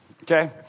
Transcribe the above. Okay